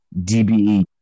DBE